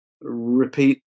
repeat